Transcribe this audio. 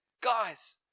guys